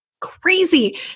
crazy